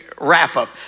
wrap-up